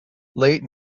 late